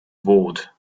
bored